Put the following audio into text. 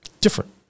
different